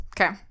Okay